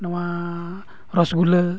ᱱᱚᱣᱟᱻ ᱨᱚᱥᱜᱩᱞᱟᱹ